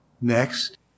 Next